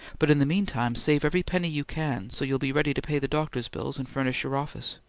but in the meantime, save every penny you can, so you'll be ready to pay the doctor's bills and furnish your office.